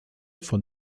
von